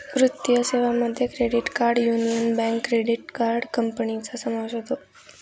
वित्तीय सेवांमध्ये credit card Union Bank credit card कंपन्यांचा समावेश होतो